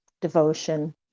devotion